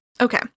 Okay